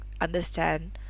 understand